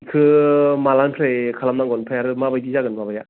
बेखो मालानिफ्राय खालामनांगोन आमफ्राय आरो माबायदि जागोन माबाया